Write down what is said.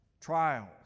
trials